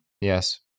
Yes